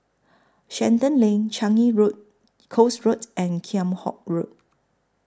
Shenton Lane Changi Road Coast Road and Kheam Hock Road